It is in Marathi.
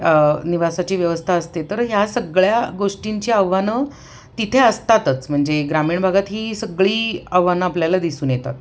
निवासाची व्यवस्था असते तर ह्या सगळ्या गोष्टींची आव्हानं तिथे असतातच म्हणजे ग्रामीण भागात ही सगळी आव्हानं आपल्याला दिसून येतात